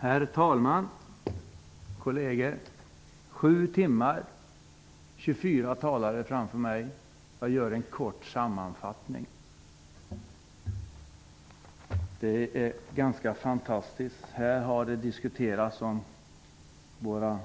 Herr talman! Kolleger! Sju timmar, 24 talare före mig -- jag gör en kort sammanfattning. Det är ganska fantastiskt. Här har det diskuterats om våra